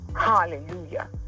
hallelujah